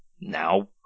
now